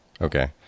Okay